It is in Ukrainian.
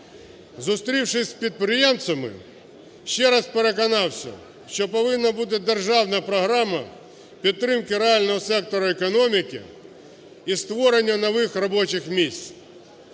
Зустрівшись з підприємцями, ще раз переконався, що повинна бути державна програма підтримки реального сектору економіки і створення нових робочих місць.